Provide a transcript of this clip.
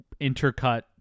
intercut